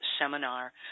seminar